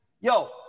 Yo